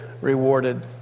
rewarded